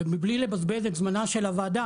ומבלי לבזבז את זמנה של הוועדה,